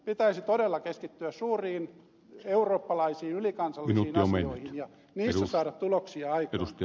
pitäisi todella keskittyä suuriin eurooppalaisiin ylikansallisiin asioihin ja niissä saada tuloksia aikaan